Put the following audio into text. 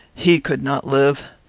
he could not live.